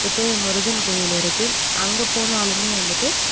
வந்துட்டு முருகன் கோயில் இருக்குது அங்கே போனாலுமே வந்துட்டு